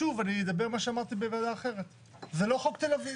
ואומר מה שאמרתי בוועדה אחרת, זה לא חוק תל אביב,